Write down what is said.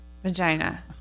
Vagina